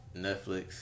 Netflix